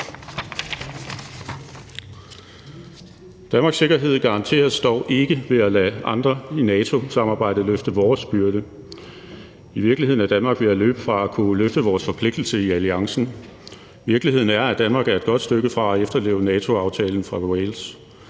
Danmarks sikkerhed garanteres dog ikke ved at lade andre i NATO-samarbejdet løfte vores byrde. I virkeligheden er Danmark ved at løbe fra at kunne løfte vores forpligtelse i alliancen. Virkeligheden er, at Danmark er et godt stykke fra at efterleve NATO-aftalen fra Wales.